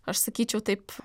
aš sakyčiau taip